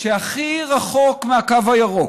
שהכי רחוק מהקו הירוק,